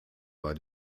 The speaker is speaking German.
bei